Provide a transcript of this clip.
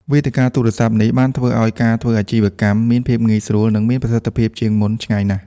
វេទិកាទូរស័ព្ទនេះបានធ្វើឲ្យការធ្វើអាជីវកម្មមានភាពងាយស្រួល និងមានប្រសិទ្ធភាពជាងមុនឆ្ងាយណាស់។